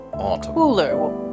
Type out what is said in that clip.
Cooler